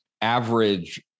average